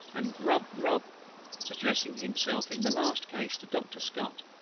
and rub, rub addressing himself in the last case to doctor scott,